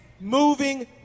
moving